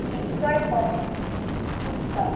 ବିକଳ୍ପ ଉର୍ସ